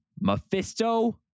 Mephisto